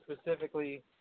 specifically